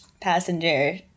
passenger